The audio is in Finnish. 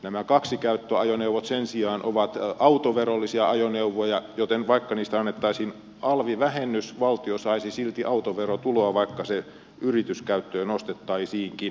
nämä kaksikäyttöajoneuvot sen sijaan ovat autoverollisia ajoneuvoja joten vaikka niistä annettaisiin alvivähennys valtio saisi silti autoverotuloa vaikka niitä yrityskäyttöön ostettaisiinkin